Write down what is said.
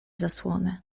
zasłonę